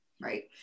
Right